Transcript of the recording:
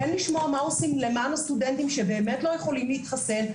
כדי לשמוע מה עושים למען הסטודנטים שבאמת לא יכולים להתחסן.